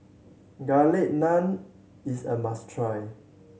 Garlic Naan is a must try